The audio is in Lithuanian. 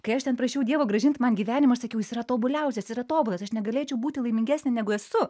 kai aš ten prašiau dievo grąžint man gyvenimą aš sakiau jis yra tobuliausias yra tobulas aš negalėčiau būti laimingesnė negu esu